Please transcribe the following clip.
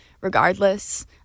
regardless